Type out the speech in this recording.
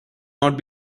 not